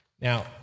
Now